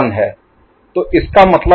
तो इसका मतलब है कि यह 1 2 3 है